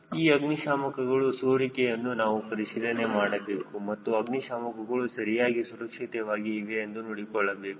ಈ ಅಗ್ನಿಶಾಮಕಗಳಲ್ಲಿ ಸೋರಿಕೆಯನ್ನು ನಾವು ಪರಿಶೀಲನೆ ಮಾಡಬೇಕು ಮತ್ತು ಅಗ್ನಿಶಾಮಕಗಳು ಸರಿಯಾಗಿ ಸುರಕ್ಷಿತವಾಗಿ ಇವೆ ಎಂದು ನೋಡಬೇಕು